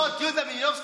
דבר, בבקשה.